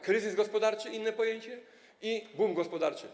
Kryzys gospodarczy to inne pojęcie niż boom gospodarczy.